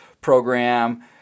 program